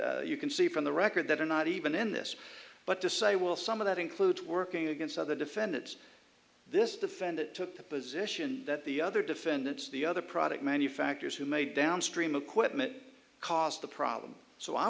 did you can see from the record that are not even in this but to say will some of that include working against other defendants this defendant took the position that the other defendants the other product manufacturers who made downstream equipment caused the problem so i